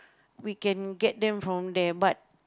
we can get them from there but